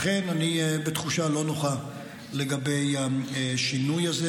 לכן, אני בתחושה לא נוחה לגבי השינוי הזה.